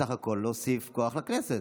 להוסיף כוח לכנסת.